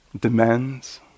demands